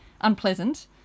unpleasant